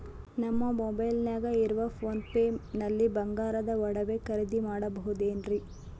ನಮ್ಮ ಮೊಬೈಲಿನಾಗ ಇರುವ ಪೋನ್ ಪೇ ನಲ್ಲಿ ಬಂಗಾರದ ಒಡವೆ ಖರೇದಿ ಮಾಡಬಹುದೇನ್ರಿ?